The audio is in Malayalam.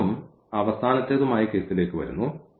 അടുത്തതും അവസാനത്തേതുമായ കേസിലേക്ക് വരുന്നു